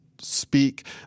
speak